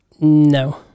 No